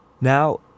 Now